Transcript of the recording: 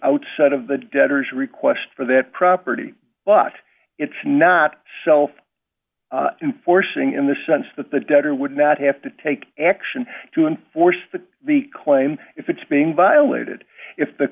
outset of the debtors request for that property but it's not self forcing in the sense that the debtor would not have to take action to enforce that the claim if it's being violated if the